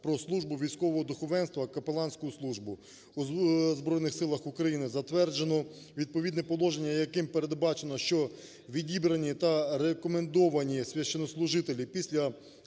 про службу військового духовенства (капеланську службу) у Збройних Силах України" затверджено відповідне положення, яким передбачено, що відібрані та рекомендовані священнослужителі після